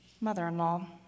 mother-in-law